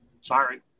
sorry